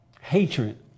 hatred